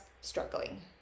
struggling